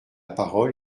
parole